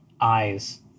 eyes